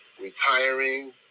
retiring